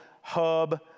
hub